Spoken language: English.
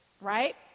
Right